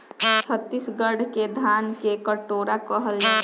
छतीसगढ़ के धान के कटोरा कहल जाला